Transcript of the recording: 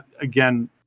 again